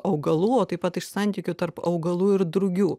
augalų taip pat iš santykių tarp augalų ir drugių